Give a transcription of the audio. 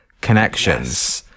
connections